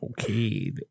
okay